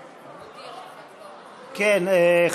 כן,